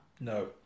no